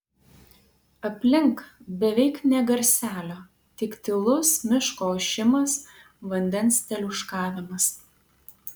aplink beveik nė garselio tik tylus miško ošimas vandens teliūškavimas